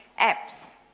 apps